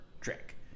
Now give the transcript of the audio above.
trick